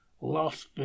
lost